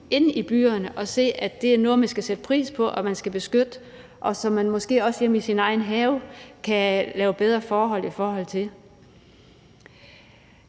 inde i byerne og se, at det er noget, man skal sætte pris på og beskytte, og så kan man måske også hjemme i sin egen have lave bedre forhold.